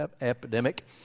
epidemic